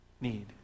need